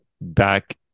back